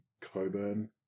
Coburn